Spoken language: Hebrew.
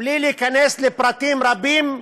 ובלי להיכנס לפרטים רבים,